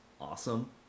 awesome